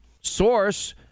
source